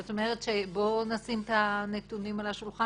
זאת אומרת בואו נשים את הנתונים על השולחן